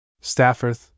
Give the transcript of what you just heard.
Stafford